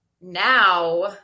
Now